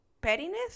pettiness